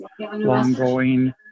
longgoing